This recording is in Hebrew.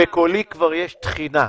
בקולי כבר יש תחינה.